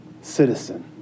citizen